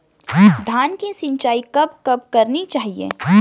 धान की सिंचाईं कब कब करनी चाहिये?